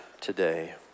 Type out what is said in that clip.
today